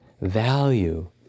value